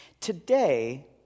Today